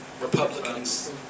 Republicans